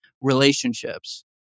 relationships